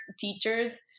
teachers